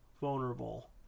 vulnerable